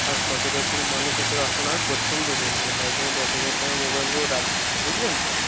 আর সচরাচর মানুষ অত এখন আর পছন্দ করছে না তাই জন্য দশ হাজার টাকার মোবাইলগুলো রাখছিনা বুঝলেন তো